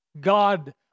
God